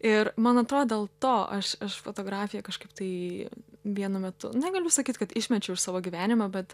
ir man atrodo dėl to aš aš fotografiją kažkaip tai vienu metu negaliu sakyt kad išmečiau savo gyvenimo bet